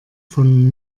von